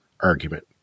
argument